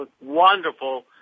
wonderful